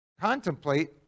contemplate